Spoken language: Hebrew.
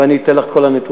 ואני אתך לך את כל הנתונים.